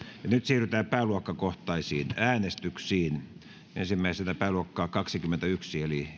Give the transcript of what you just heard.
nyt siirrytään pääluokkakohtaisiin äänestyksiin ensimmäisenä pääluokka kaksikymmentäyksi eli